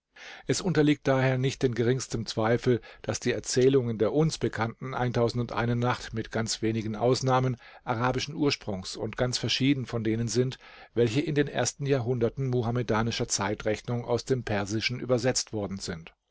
es unterliegt daher nicht dem geringsten zweifel daß die erzählungen der uns bekannten nacht mit ganz wenigen ausnahmen arabischen ursprungs und ganz verschieden von denen sind welche in den ersten jahrhunderten muhammedanischer zeitrechnung aus dem persischen übersetzt worden sind